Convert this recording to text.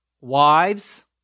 wives